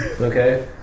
Okay